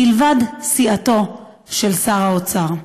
מלבד סיעתו של שר האוצר.